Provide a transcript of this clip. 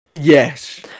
Yes